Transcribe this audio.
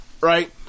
right